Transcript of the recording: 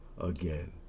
Again